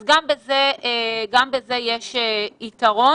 אז גם בזה יש יתרון.